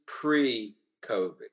pre-COVID